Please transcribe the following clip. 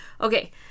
Okay